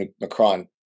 Macron